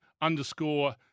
underscore